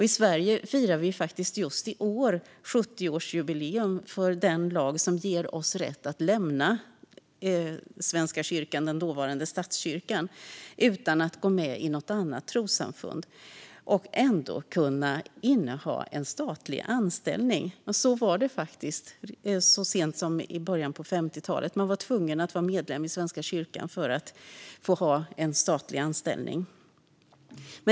I Sverige firar vi just i år 70-årsjubileum för den lag som ger oss rätt att lämna Svenska kyrkan - den dåvarande statskyrkan - utan att gå med i något annat trossamfund och ändå inneha en statlig anställning. Så var det faktiskt inte så sent som i början av 50talet; man var då tvungen att vara medlem i Svenska kyrkan för att få ha en statlig anställning.